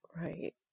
right